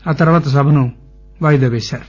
ఆ తర్వాత సభను వాయిదా పేశారు